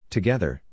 Together